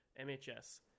MHS